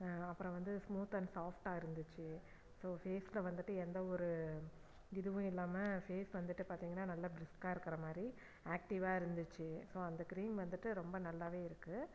அப்புறம் வந்து smooth and சாஃப்ட்டாக இருந்துச்சு ஸோ ஃபேஸில் வந்துட்டு எந்த ஒரு இதுவும் இல்லாமல் ஃபேஸ் வந்துட்டு பார்த்திங்கன்னா நல்லா பிரிஸ்க்காக இருக்கிற மாதிரி ஆக்டிவ்வாக இருந்துச்சு ஸோ அந்த க்ரீம் வந்துட்டு ரொம்ப நல்லாவே இருக்குது